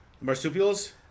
Marsupials